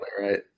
right